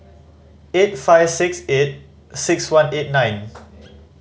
eight five six eight six one eight nine